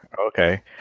Okay